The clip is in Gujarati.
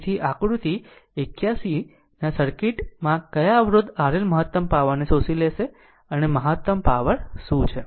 તેથી આકૃતિ 81 ના સર્કિટ માં કયા અવરોધ RL મહત્તમ પાવર ને શોષી લેશે અને પાવર શું છે